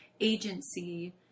agency